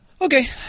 Okay